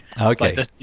okay